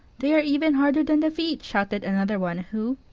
they are even harder than the feet! shouted another one, who,